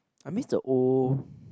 I miss the old